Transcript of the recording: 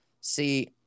See